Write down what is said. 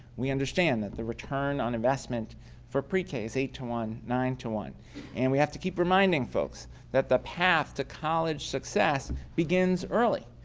we understand that the return on investment for pre-k is eight to one, nine to one and we have to keep reminding folks that the path to college success begins early.